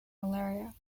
malaria